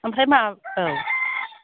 ओमफ्राय मा औ